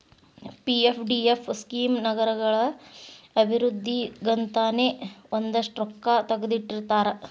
PFDF scheme ನಗರಗಳ ಅಭಿವೃದ್ಧಿಗಂತನೇ ಒಂದಷ್ಟ್ ರೊಕ್ಕಾ ತೆಗದಿಟ್ಟಿರ್ತಾರ